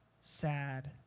sad